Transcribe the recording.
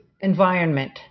environment